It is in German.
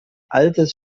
altes